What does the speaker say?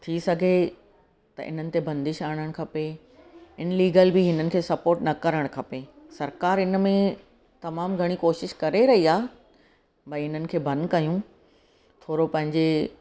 थी सघे त इन्हनि ते बंदिश आणणु खपे इनलिगल बि हिननि खे सपोर्ट न करणु खपे सरकार इनमें तमामु घणी कोशिशि करे रही आहे भई इन्हनि खे बंदि कयूं थोरो पंहिंजे